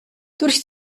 durch